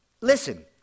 listen